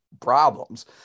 Problems